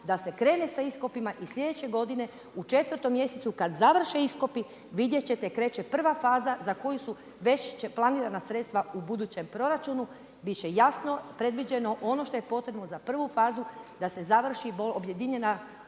da se krene sa iskopima i sljedeće godine u 4. mjesecu kada završe iskopi, vidjeti ćete kreće 1. faza za koju su već planirana sredstva u budućem proračunu, biti će jasno predviđeno ono što je potrebno za 1. fazu da se završi objedinjena,